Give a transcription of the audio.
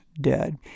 dead